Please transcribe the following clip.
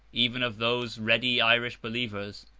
even of those ready irish believers,